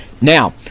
Now